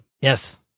Yes